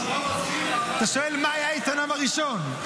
אתה שואל: מה היה איתנם הראשון?